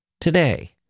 Today